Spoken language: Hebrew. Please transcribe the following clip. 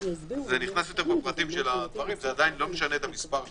זה עדיין לא משנה את מספר האנשים.